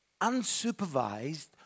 unsupervised